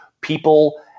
people